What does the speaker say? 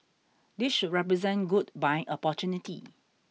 this should represent good buying opportunity